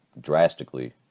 drastically